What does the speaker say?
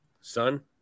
son